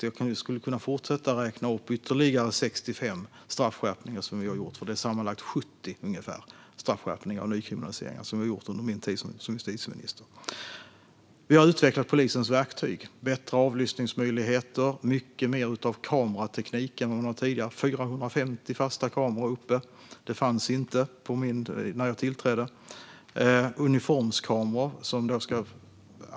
Jag skulle kunna fortsätta att räkna upp ytterligare 65 straffskärpningar vi har gjort, för det har genomförts sammanlagt ungefär 70 straffskärpningar och nykriminaliseringar under min tid som justitieminister. Vi har utvecklat polisens verktyg. Vi har skapat bättre avlyssningsmöjligheter, och polisen har mycket mer kamerateknik än tidigare. Det sitter 450 fasta kameror uppe som inte fanns när jag tillträdde.